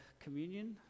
communion